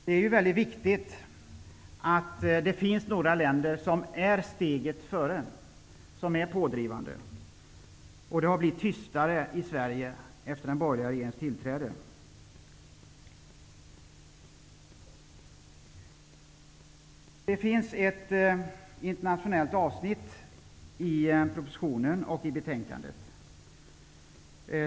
Det är viktigt att det finns länder som ligger steget före och är pådrivande. Det har blivit tystare i Det finns ett avsnitt om internationella frågor i propositionen och i betänkandet.